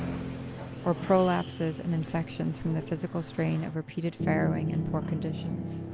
or prolapses and infections from the physical strain of repeated farrowing and poor conditions,